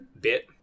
bit